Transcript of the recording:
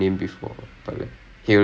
oh okay okay